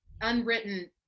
unwritten